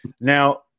Now